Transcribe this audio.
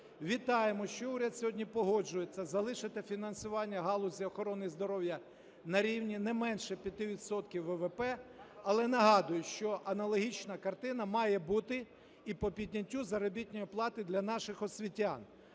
Вітаємо, що уряд сьогодні погоджується залишити фінансування галузі охорони здоров'я на рівні не менше 5 відсотків ВВП. Але нагадую, що аналогічна картина має бути і по підняттю заробітної плати для наших освітян.